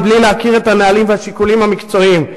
בלי להכיר את הנהלים והשיקולים המקצועיים.